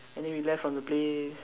and then we left from the place